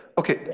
okay